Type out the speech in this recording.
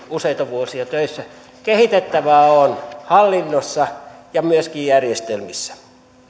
useita vuosia töissä että kehitettävää on hallinnossa ja myöskin järjestelmissä